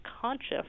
conscious